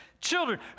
children